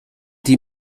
die